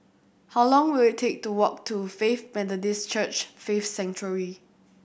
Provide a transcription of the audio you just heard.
how long will it take to walk to Faith Methodist Church Faith Sanctuary